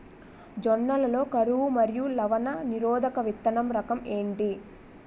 జొన్న లలో కరువు మరియు లవణ నిరోధక విత్తన రకం ఏంటి?